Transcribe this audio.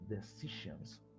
decisions